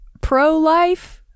pro-life